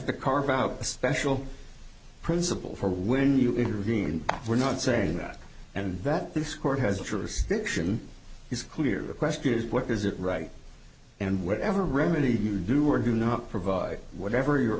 to carve out a special principle for when you intervene we're not saying that and that this court has jurisdiction is clear the question is what is it right and whatever remedy you do or do not provide whatever your